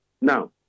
Now